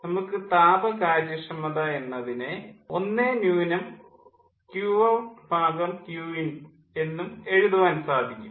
നമുക്ക് താപകാര്യക്ഷമത എന്നതിനെ 1 Qout Qin എന്നും എഴുതാൻ സാധിക്കും